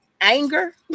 anger